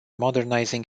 modernizing